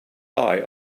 eye